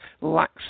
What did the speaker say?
lacks